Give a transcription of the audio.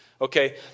Okay